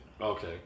Okay